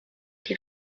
die